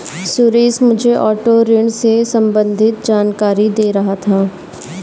सुरेश मुझे ऑटो ऋण से संबंधित जानकारी दे रहा था